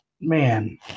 man